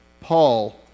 Paul